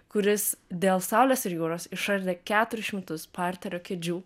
kuris dėl saulės ir jūros išardė keturis šimtus parterio kėdžių